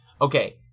okay